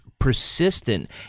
Persistent